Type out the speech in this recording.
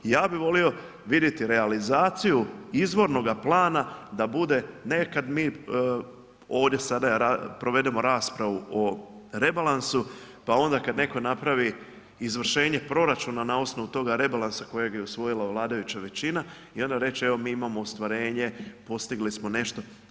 Ja bih volio vidjeti realizaciju izvornoga plana da bude, ne kad mi ovdje sada provedemo raspravu o rebalansu pa onda kad netko napravi izvršenje proračuna na osnovu toga rebalansa kojeg je osvojila vladajuća većina i onda reći evo, mi imamo ostvarenje, postigli smo nešto.